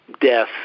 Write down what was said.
death